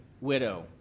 widow